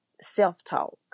self-talk